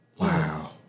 Wow